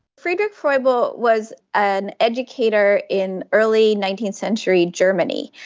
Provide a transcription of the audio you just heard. friedrich frobel was an educator in early nineteenth century germany,